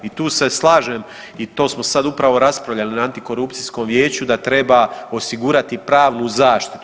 I tu se slažem i to smo sad upravo raspravljali na antikorupcijskom vijeću, da treba osigurati pravnu zaštitu.